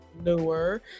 newer